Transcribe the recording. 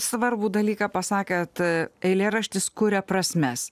svarbų dalyką pasakėt eilėraštis kuria prasmes